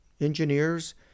engineers